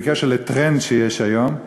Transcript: בקשר לטרנד שיש היום,